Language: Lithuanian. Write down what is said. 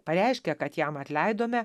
pareiškę kad jam atleidome